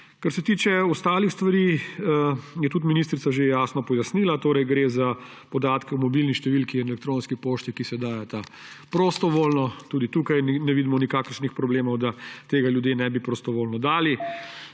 Kar se tiče ostalih stvari, je tudi ministrica že jasno pojasnila. Gre za podatke o mobilni številni in elektronski pošti, ki se dajeta prostovoljno. Tudi tukaj ne vidimo nikakršnih problemov, da tega ljudje ne bi prostovoljno dali.